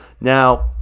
Now